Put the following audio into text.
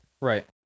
Right